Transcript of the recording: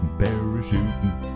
parachuting